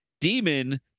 Demon